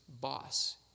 boss